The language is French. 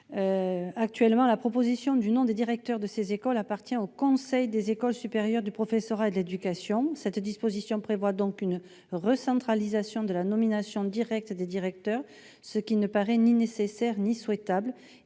d'occuper les fonctions de directeur de ces écoles appartient au conseil des écoles supérieures du professorat et de l'éducation. La disposition visée prévoit une recentralisation de la nomination des directeurs, ce qui ne paraît ni nécessaire ni souhaitable.